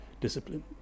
discipline